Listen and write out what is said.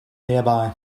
nearby